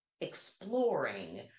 exploring